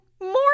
more